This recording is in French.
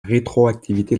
rétroactivité